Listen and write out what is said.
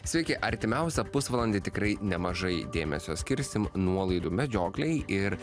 sveiki artimiausią pusvalandį tikrai nemažai dėmesio skirsim nuolaidų medžioklei ir